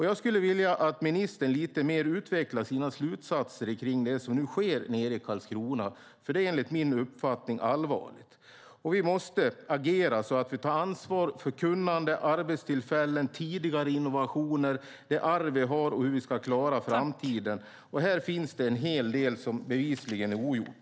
Jag vill att ministern utvecklar sina slutsatser om det som sker i Karlskrona, för det är enligt min uppfattning allvarligt. Vi måste agera så att vi tar ansvar för kunnande, arbetstillfällen, tidigare innovationer, det arv vi har och hur vi ska klara framtiden. Här finns bevisligen en hel del som är ogjort.